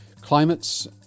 climates